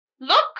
Look